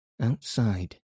Outside